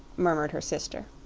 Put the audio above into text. murmured her sister.